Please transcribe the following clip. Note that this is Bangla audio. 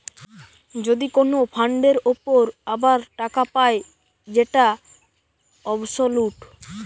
যদি কোন ফান্ডের উপর আবার টাকা পায় যেটা অবসোলুট